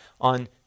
on